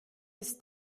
ist